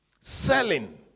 selling